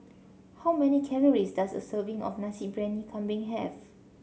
how many calories does a serving of Nasi Briyani Kambing have